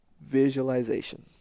visualization